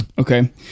Okay